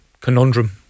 conundrum